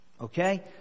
Okay